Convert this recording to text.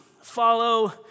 Follow